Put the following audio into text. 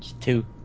two